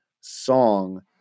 song